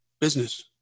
business